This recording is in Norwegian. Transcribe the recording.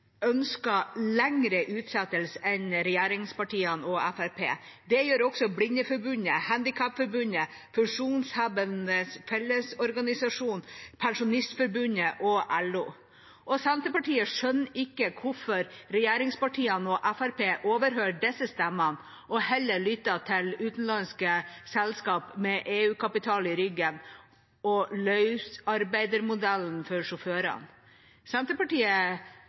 ønsker en lengre utsettelse enn regjeringspartiene og Fremskrittspartiet. Det gjør også Blindeforbundet, Handikapforbundet, Funksjonshemmedes Fellesorganisasjon, Pensjonistforbundet og LO. Senterpartiet skjønner ikke hvorfor regjeringspartiene og Fremskrittspartiene overhører disse stemmene og heller lytter til utenlandske selskap med EU-kapital i ryggen og løsarbeidermodell for sjåførene. Senterpartiet